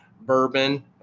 bourbon